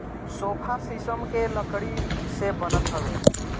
sofa शीशम के लकड़ी से बनत हवे